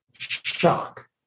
shock